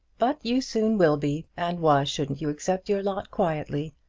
but you soon will be and why shouldn't you accept your lot quietly?